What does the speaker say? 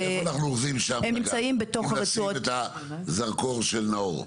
איפה אנחנו אוחזים שם, אם נשים את הזרקור של נאור?